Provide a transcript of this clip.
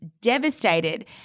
devastated